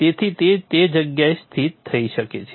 તેથી તે તે જગ્યાએ સ્થિત થઈ શકે છે